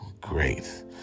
great